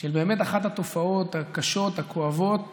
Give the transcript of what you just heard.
של אחת התופעות הקשות, הכואבות